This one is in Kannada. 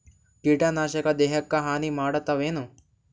ಕೀಟನಾಶಕ ದೇಹಕ್ಕ ಹಾನಿ ಮಾಡತವೇನು?